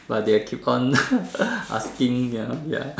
but they are keep on asking ya ya